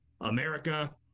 America